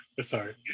Sorry